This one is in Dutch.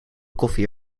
koffie